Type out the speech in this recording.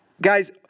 Guys